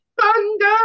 thunder